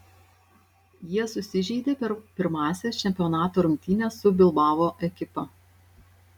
jie susižeidė per pirmąsias čempionato rungtynes su bilbao ekipa